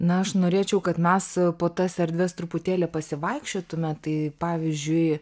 na aš norėčiau kad mes po tas erdves truputėlį pasivaikščiotume tai pavyzdžiui